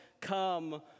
come